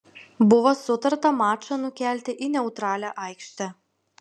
buvo sutarta mačą nukelti į neutralią aikštę